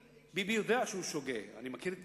ביבי יודע שהוא שוגה, אני מכיר את